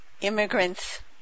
immigrants